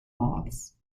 moths